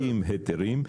מוציאים היתרים,